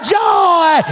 joy